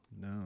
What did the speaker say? no